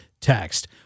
text